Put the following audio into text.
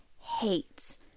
hates